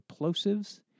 Plosives